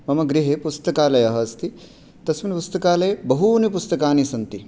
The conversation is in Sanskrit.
मम गृहे पुस्तकालयः अस्ति तस्मिन् पुस्तकालये बहूनि पुस्तकानि सन्ति